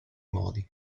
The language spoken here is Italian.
modi